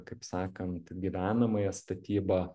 kaip sakant gyvenamąją statybą